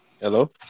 Hello